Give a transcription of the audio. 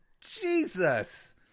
Jesus